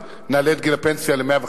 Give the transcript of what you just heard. כשיתחילו, אז נעלה את גיל הפנסיה ל-105.